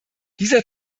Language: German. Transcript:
dieser